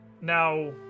Now